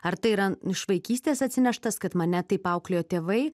ar tai yra iš vaikystės atsineštas kad mane taip auklėjo tėvai